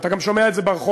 אתה גם שומע את זה ברחוב.